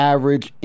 Average